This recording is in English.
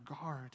guard